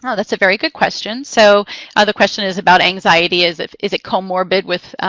and that's a very good question. so ah the question is about anxiety. is it is it co-morbid with